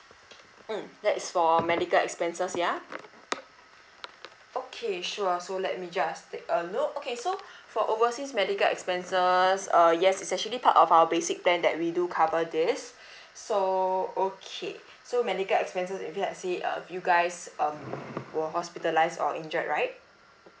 mm that's for medical expenses ya okay sure so let me just take a look okay so for overseas medical expenses uh yes is actually part of our basic plan that we do cover this so okay so medical expenses if let's say uh you guys um were hospitalised or injured right